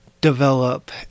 develop